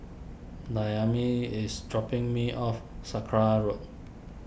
Dayami is dropping me off Sakra Road